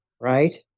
Right